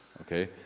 Okay